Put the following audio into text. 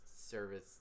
service